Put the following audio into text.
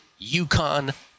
UConn